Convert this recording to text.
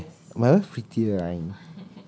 meh my wife prettier